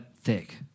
thick